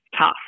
tough